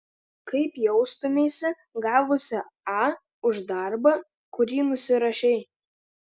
kaip jaustumeisi gavusi a už darbą kurį nusirašei